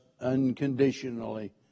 unconditionally